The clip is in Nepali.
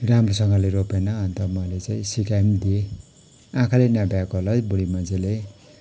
राम्रोसँगले रोपेन अन्त मैले चाहिँ सिकाइ पनि दिएँ आँखाले नभ्याएको होला है बुढी मान्छेले